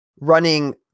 running